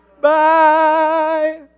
Bye